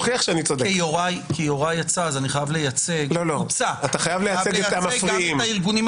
יוראי הוצא, אז אני חייב לייצג גם את הארגונים.